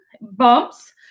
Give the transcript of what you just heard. bumps